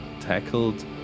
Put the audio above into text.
tackled